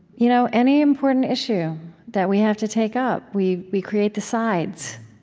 you know any important issue that we have to take up, we we create the sides.